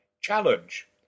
challenge